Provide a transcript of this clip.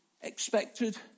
expected